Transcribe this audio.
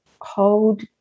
hold